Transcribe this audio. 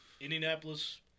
Indianapolis